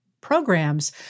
programs